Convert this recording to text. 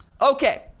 okay